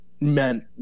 meant